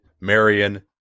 Marion